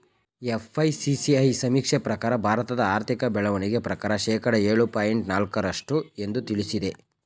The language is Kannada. ಎಫ್.ಐ.ಸಿ.ಸಿ.ಐ ಸಮೀಕ್ಷೆ ಪ್ರಕಾರ ಭಾರತದ ಆರ್ಥಿಕ ಬೆಳವಣಿಗೆ ಪ್ರಕಾರ ಶೇಕಡ ಏಳು ಪಾಯಿಂಟ್ ನಾಲಕ್ಕು ರಷ್ಟು ಎಂದು ತಿಳಿಸಿದೆ